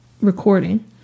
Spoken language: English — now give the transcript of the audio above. recording